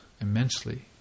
immensely